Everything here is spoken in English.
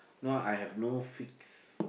no I have no fix